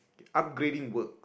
upgrading work